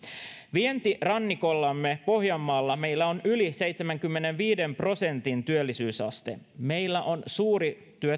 vientirannikollamme pohjanmaalla meillä on yli seitsemänkymmenenviiden prosentin työllisyysaste meillä on suuri